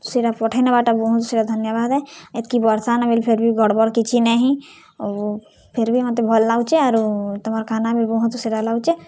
ସେଟା ପଠେଇ ନବାଟା ବହୁତ ସେଟା ଧନ୍ୟବାଦ୍ ଏତିକି ବର୍ଷା ନ ବେଲେ ଫେର୍ ବି ଗଡ଼ବଡ଼୍ କିଛି ନାଇଁ ହେଇ ଫେର୍ ବି ମତେ ଭଲ୍ ଲାଗୁଚେ ଆରୁ ତମର୍ ଖାନା ବି ବହୁତ୍ ସେଟା ଲାଗୁଚେ